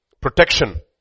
Protection